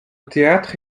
théâtre